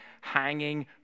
hanging